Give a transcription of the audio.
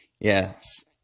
yes